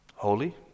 holy